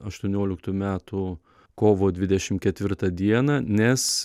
aštuonioliktų metų kovo dvidešim ketvirtą dieną nes